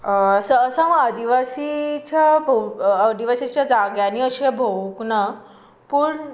so हांव आदिवासीच्या आदिवासीच्या जाग्यांनी अशें भोवूंक ना पूण